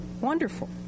Wonderful